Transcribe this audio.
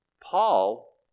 Paul